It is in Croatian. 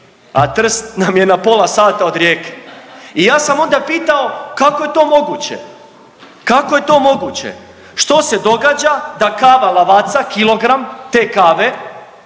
a Trst nam je na pola sata od Rijeke. I ja sam onda pitao kako je to moguće, kako je to moguće? Što se događa da kava Lavazza kilogram te kave